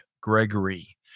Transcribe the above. Gregory